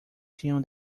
tinham